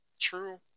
true